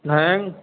ہیں